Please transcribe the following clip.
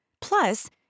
Plus